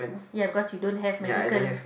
ya because we don't have magical